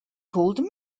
called